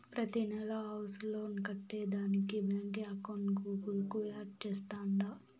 ప్రతినెలా house loan కట్టేదానికి బాంకీ అకౌంట్ గూగుల్ కు యాడ్ చేస్తాండా